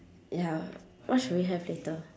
ya what should we have later